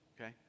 Okay